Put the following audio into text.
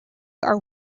are